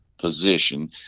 position